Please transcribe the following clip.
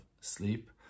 sleep